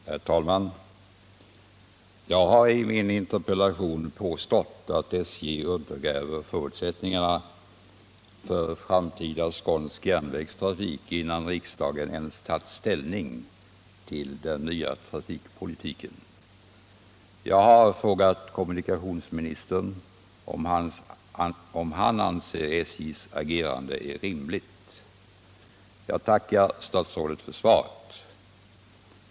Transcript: Herr talman! Jag har i min interpellation påstått att SJ undergräver förutsättningarna för framtida skånsk järnvägstrafik innan riksdagen ens tagit ställning till den nya trafikpolitiken. Jag har frågat kommunikationsministern om han anser att SJ:s agerande är rimligt. Jag tackar statsrådet för svaret.